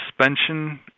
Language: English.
Suspension